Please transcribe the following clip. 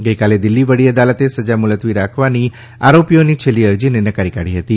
ગઈકાલે દિલ્હી વડી અદાલતે સજા મુલતવી રાખવાની આરોપીઓની છેલ્લી અરજીને નકારી કાઢી હતી